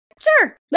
sure